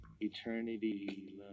eternity